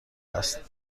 است